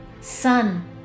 Sun